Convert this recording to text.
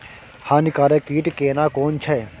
हानिकारक कीट केना कोन छै?